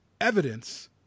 evidence